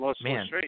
man